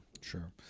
Sure